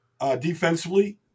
defensively